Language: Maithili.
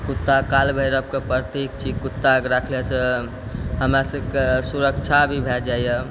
कुत्ता काल भैरवके प्रतीक छी कुत्ताके राखलासँ हमरा सभके सुरक्षा भी भए जाइए